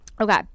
okay